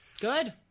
Good